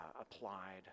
applied